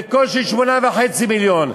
בקושי 8.5 מיליון.